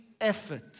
effort